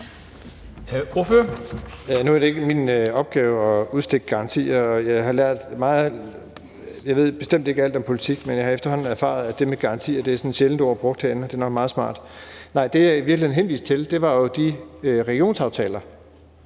Bruus (S): Nu er det ikke min opgave at udstikke garantier. Jeg ved bestemt ikke alt om politik, men jeg har efterhånden erfaret, at ordet garantier er sjældent brugt herinde, og det er nok meget smart. Det, jeg i virkeligheden henviste til, er regionsaftalerne.